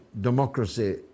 Democracy